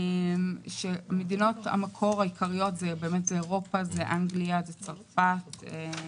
מדינות המקור העיקריות זה אירופה, אנגליה, צרפת.